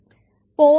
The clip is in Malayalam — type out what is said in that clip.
9 യൂണിറ്റ്സ് ആണ്